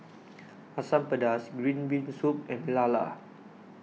Asam Pedas Green Bean Soup and Lala